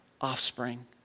offspring